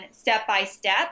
step-by-step